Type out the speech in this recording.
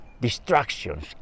distractions